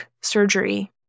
surgery